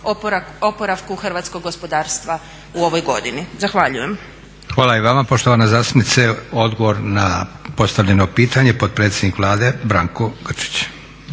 oporavku hrvatskog gospodarstva u ovoj godini. Zahvaljujem. **Leko, Josip (SDP)** Hvala i vama poštovana zastupnice. Odgovor na postavljeno pitanje potpredsjednik Vlade Branko Grčić.